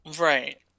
Right